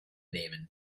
nehmen